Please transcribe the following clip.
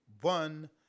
one